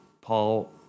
Paul